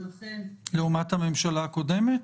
לעומת הממשלה הקודמת?